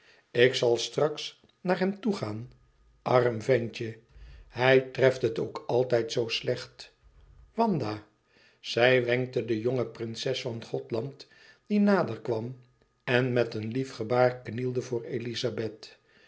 ik zal straks naar hem toegaan arm ventje hij treft het ook altijd zoo slecht wanda zij wenkte de jonge prinses van gothland die nader kwam en met een lief gebaar knielde voor elizabeth